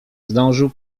zdążył